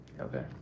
Okay